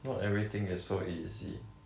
not everything is so easy